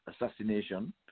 assassination